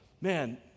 man